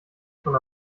schon